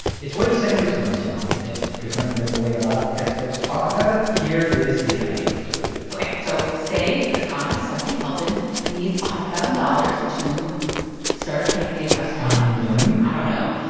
it's worth a second to explain this one. it's different than the way a lot of textbooks talk about it. here is the idea let's do it ok. so say economist stephanie kelton needs a hundred thousand dollars to start a pancake restaurant yummy i don't know.